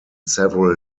several